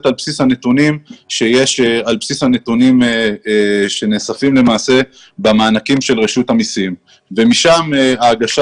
על בסיס הנתונים שלמעשה נאספים במענקים של רשות המסים ומשם ההגשה